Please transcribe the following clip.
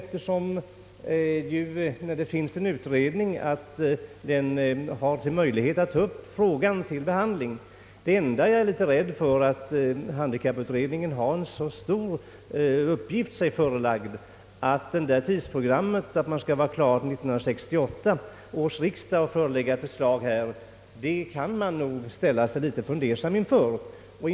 När det finns en utredning, har den ju möjlighet att ta upp frågan till behandling. Jag är emellertid rädd för att handikapputredningen har så mycket på programmet, att den inte hinner med allt, om den skall vara klar till 1968 års riksdag.